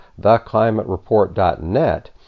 theclimatereport.net